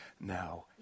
now